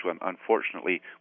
unfortunately